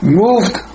moved